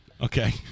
Okay